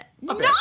no